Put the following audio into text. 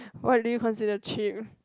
what do you consider cheap